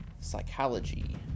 psychology